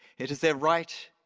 it is their right,